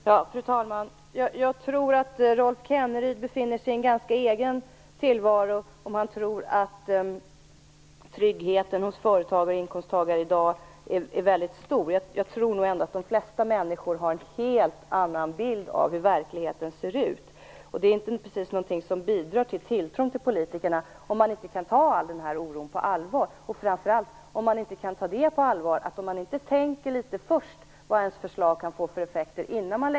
Fru talman! Jag tror att Rolf Kenneryd befinner sig i en ganska egen tillvaro om han tror att tryggheten hos företagare och inkomsttagare i dag är mycket stor. Jag tror nog att de flesta människor har en helt annan bild av hur verkligheten ser ut. Att man inte tar all den här oron på allvar är inte något som precis bidrar till att öka tilltron till politikerna.